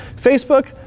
Facebook